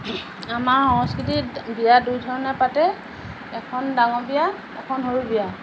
আমাৰ সংস্কৃতিত বিয়া দুই ধৰণৰ পাতে এখন ডাঙৰ বিয়া এখন সৰু বিয়া